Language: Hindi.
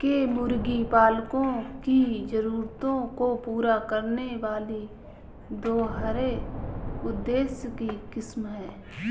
के मुर्गी पालकों की जरूरतों को पूरा करने वाली दोहरे उद्देश्य की किस्म है